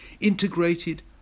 integrated